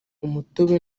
umutobe